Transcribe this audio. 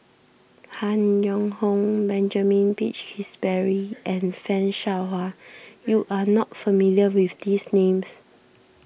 Han Yong Hong Benjamin Peach Keasberry and Fan Shao Hua you are not familiar with these names